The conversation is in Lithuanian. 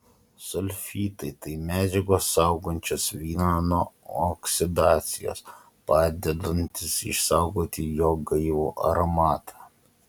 sulfitai tai medžiagos saugančios vyną nuo oksidacijos padedantys išsaugoti jo gaivų aromatą